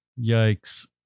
yikes